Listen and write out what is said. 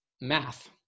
Math